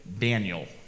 Daniel